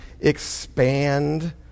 expand